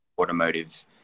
automotive